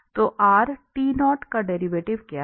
तो का डेरिवेटिव क्या है